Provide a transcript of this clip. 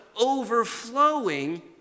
overflowing